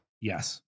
Yes